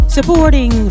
Supporting